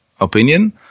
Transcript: opinion